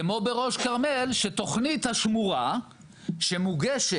כמו בראש כרמל שתוכנית השמורה שמוגשת